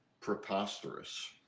preposterous